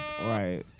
right